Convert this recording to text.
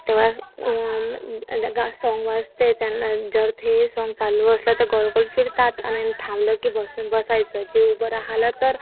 तेवढाच सॉंग वाजते त्यांना जर ते साँग चालू असलं तर गोलगोल फिरतात आणि थांबलं की बस बसायचं जे उभं राहिलं तर